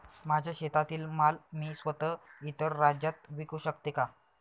माझ्या शेतातील माल मी स्वत: इतर राज्यात विकू शकते का?